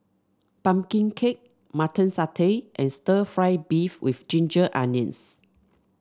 pumpkin cake Mutton Satay and stir fry beef with Ginger Onions